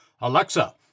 alexa